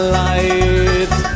light